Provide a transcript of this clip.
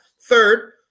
Third